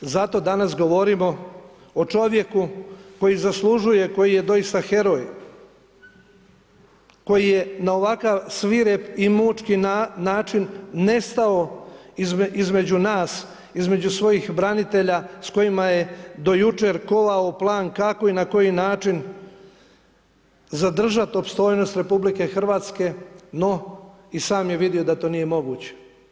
Zato danas govorimo o čovjeku koji zaslužuje, koji je doista heroj, koji je na ovakav svirep i mučki način nestao između nas, između svojih branitelja s kojima je do jučer kovao plan kako i na koji način zadržat opstojnost RH, no i sam je vidio da to nije moguće.